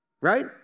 Right